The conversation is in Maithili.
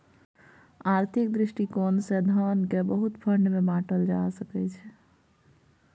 आर्थिक दृष्टिकोण से धन केँ बहुते फंड मे बाटल जा सकइ छै